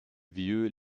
vieux